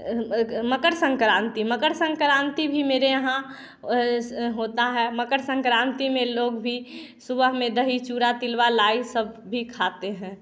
मकर संक्रांति मकर संक्रांति भी मेरे यहाँ होता है मकर संक्रांति में लोग भी सुबह में दही चूरा तिलवा लाइ सब भी खाते हैं